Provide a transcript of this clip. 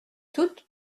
toutes